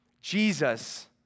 Jesus